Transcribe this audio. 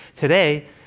Today